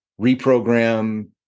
reprogram